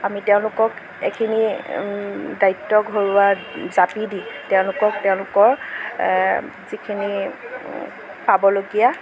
আমি তেওঁলোকক এইখিনি দায়িত্ব ঘৰুৱা জাপি দি তেওঁলোকক তেওঁলোকৰ যিখিনি পাবলগীয়া